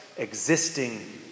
existing